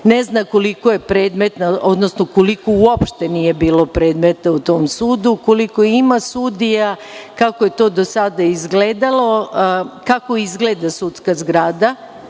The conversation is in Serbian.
na grad Novi Sad. Ne zna koliko uopšte nije bilo predmeta u tom sudu. Koliko ima sudija. Kako je to do sada izgledalo. Kako izgleda sudska zgrada.